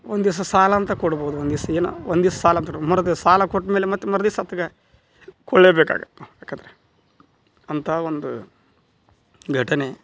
ಒಂದಿವ್ಸ ಸಾಲ ಅಂತ ಕೊಡ್ಬೋದು ಒಂದಿವ್ಸ ಏನೋ ಒಂದಿವ್ಸ ಸಾಲಂತನೋ ಮರುದಿವ್ಸ ಸಾಲ ಕೊಟ್ಮೇಲೆ ಮತ್ತೆ ಮರುದಿವ್ಸ ಹೊತ್ಗೆ ಕೊಡಲೇಬೇಕಾಗುತ್ತೆ ಯಾಕೆಂದರೆ ಅಂಥ ಒಂದು ಘಟನೆ